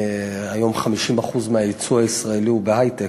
היום 50% מהיצוא הישראלי הוא בהיי-טק.